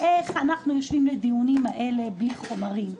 איך אנחנו יושבים לדיונים האלה בלי חומרים?